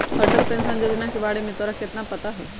Atal pension Yojana के बारे में तोरा कितना पता हाउ?